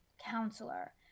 counselor